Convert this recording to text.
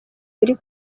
muri